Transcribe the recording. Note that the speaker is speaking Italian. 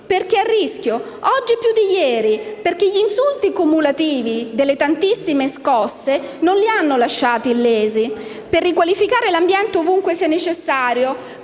(oggi a rischio più di ieri, perché gli insulti cumulativi delle tantissime scosse non li hanno lasciati illesi), per riqualificare l'ambiente ovunque sia necessario